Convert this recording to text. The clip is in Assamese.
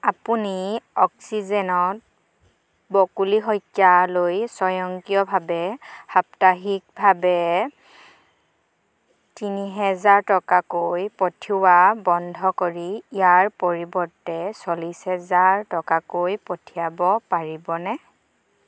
আপুনি অক্সিজেনত বকুলি শইকীয়ালৈ স্বয়ংক্ৰিয়ভাৱে সাপ্তাহিকভাৱে তিনি হেজাৰ টকাকৈ পঠিওৱা বন্ধ কৰি ইয়াৰ পৰিৱৰ্তে চল্লিছ হেজাৰ টকাকৈ পঠিয়াব পাৰিবনে